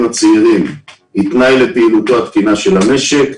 הצעירים היא תנאי לפעילותו התקינה של המשק.